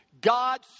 God